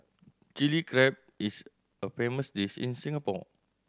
Chilli Crab is a famous dish in Singapore